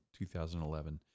2011